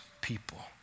people